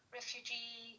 refugee